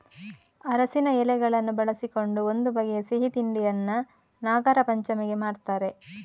ಅರಸಿನ ಎಲೆಗಳನ್ನು ಬಳಸಿಕೊಂಡು ಒಂದು ಬಗೆಯ ಸಿಹಿ ತಿಂಡಿಯನ್ನ ನಾಗರಪಂಚಮಿಗೆ ಮಾಡ್ತಾರೆ